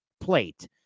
plate